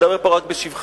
מדבר פה רק בשבחם,